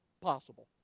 possible